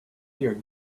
your